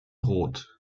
roth